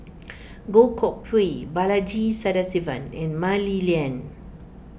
Goh Koh Pui Balaji Sadasivan and Mah Li Lian